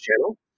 channel